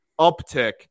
uptick